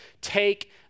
Take